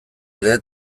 ere